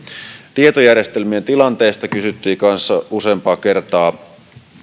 tietojärjestelmien tilanteesta kysyttiin kanssa useampaan kertaan